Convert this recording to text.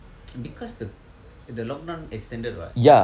it's because the the lockdown extended [what]